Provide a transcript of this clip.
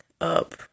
up